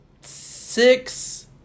six